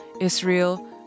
Israel